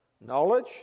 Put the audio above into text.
Knowledge